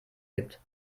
gibt